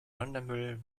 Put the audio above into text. sondermüll